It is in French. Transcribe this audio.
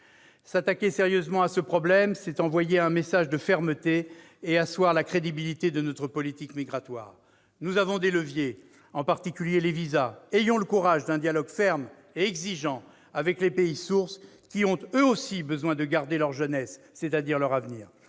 S'attaquer sérieusement à ce problème, c'est envoyer un message de fermeté et asseoir la crédibilité de notre politique migratoire. Nous avons des leviers. Je pense en particulier aux visas. Ayons le courage d'un dialogue ferme et exigeant avec les pays sources, qui ont, eux aussi, besoin de garder leur jeunesse, laquelle constitue leur avenir.